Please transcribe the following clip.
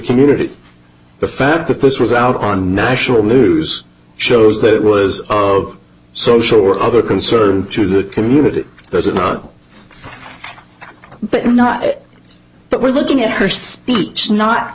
community the fact that this was out on national news shows that it was of social or other concern to the community does it not but not it but we're looking at her speech not